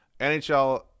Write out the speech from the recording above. NHL